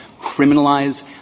criminalize